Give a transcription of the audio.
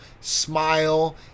Smile